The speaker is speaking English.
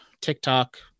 TikTok